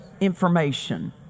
information